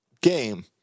game –